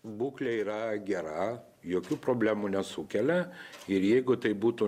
būklė yra gera jokių problemų nesukelia ir jeigu tai būtų